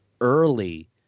early